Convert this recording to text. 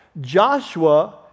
Joshua